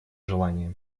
желание